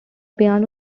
piano